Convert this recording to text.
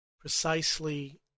precisely